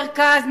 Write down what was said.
מרכז?